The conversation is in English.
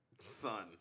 Son